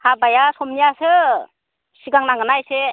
हाबाया समनियासो सिगां नांगोनना एसे